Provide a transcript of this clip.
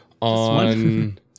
on